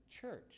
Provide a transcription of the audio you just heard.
church